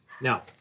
Now